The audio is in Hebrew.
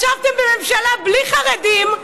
ישבתם בממשלה בלי חרדים,